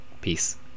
Peace